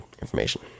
information